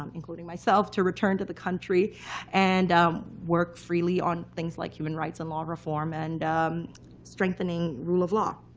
um including myself, to return to the country and work freely on things like human rights and law reform and strengthening rule of law.